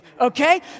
okay